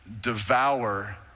devour